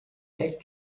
pek